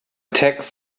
tax